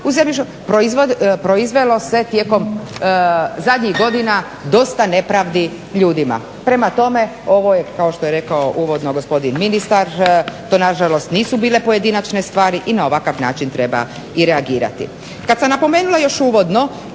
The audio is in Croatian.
u zemljišno, proizvelo se tijekom zadnjih godina dosta nepravdi ljudima. Prema tome, ovo je, kao što je rekao uvodno gospodin ministar, to nažalost nisu bile pojedinačne stvar i na ovakav način treba i reagirati. Kada sam napomenula još uvodno